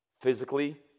physically